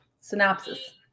synopsis